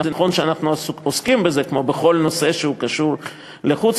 זה נכון שאנחנו עוסקים בזה כמו בכל נושא שקשור לחוץ-לארץ,